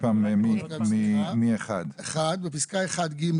בפסקה (1)(ג),